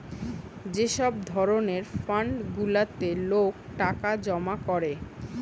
যে সব ধরণের ফান্ড গুলাতে লোক টাকা জমা করে